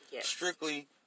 strictly